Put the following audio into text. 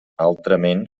altrament